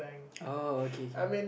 uh okay okay